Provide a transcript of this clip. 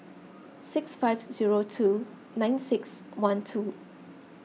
six five zero two nine six one two